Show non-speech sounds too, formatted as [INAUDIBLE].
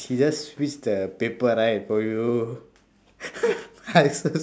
she just squeezed the paper right for you [LAUGHS]